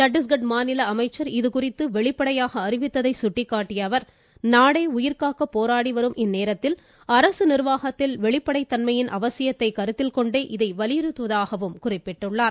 சட்டீஸ்கட் மாநில அமைச்சர் இது குறித்து வெளிப்படையாக அறிவித்ததை சுட்டிக்காட்டியுள்ள அவர் நாடே உயிர்காக்க போராடி வரும் இந்நேரத்தில் அரசு நிர்வாகத்தில் வெளிப்படைத்தன்மையின் அவசியத்தை கருத்தில் கொண்டே இதை வலியுறுத்துவதாக கூறினார்